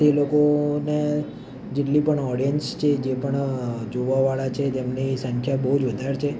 તે લોકોને જેટલી પણ ઓડિયન્સ છે જે પણ જોવાવાળા છે જેમની સંખ્યા બહુ જ વધારે છે